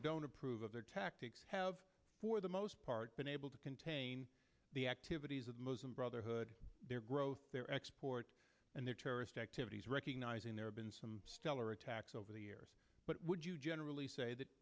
or don't approve of their tactics have for the most part been able to contain the activities of muslim brotherhood their growth their export and their terrorist activities recognizing there been some stellar attacks over the years but would you generally say that